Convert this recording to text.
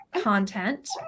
content